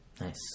Nice